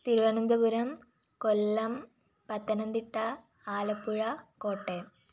Thiruvananthapuram Kollam Pathanamthitta Alappuzha Kottayam